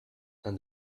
and